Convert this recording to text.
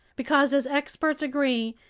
because, as experts agree,